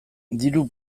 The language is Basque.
diru